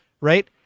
right